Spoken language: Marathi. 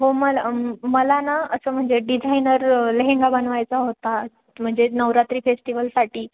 हो मला मला ना असं म्हणजे डिझायनर लेहेंगा बनवायचा होता म्हणजे नवरात्री फेस्टिवलसाठी